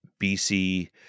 BC